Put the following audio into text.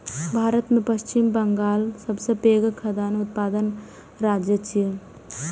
भारत मे पश्चिम बंगाल सबसं पैघ खाद्यान्न उत्पादक राज्य छियै